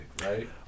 right